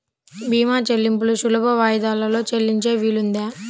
భీమా చెల్లింపులు సులభ వాయిదాలలో చెల్లించే వీలుందా?